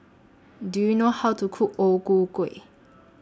Do YOU know How to Cook O Ku Kueh